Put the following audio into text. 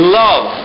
love